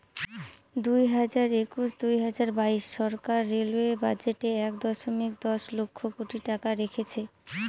দুই হাজার একুশ দুই হাজার বাইশ সরকার রেলওয়ে বাজেটে এক দশমিক দশ লক্ষ কোটি টাকা রেখেছে